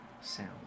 sound